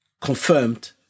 confirmed